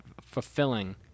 fulfilling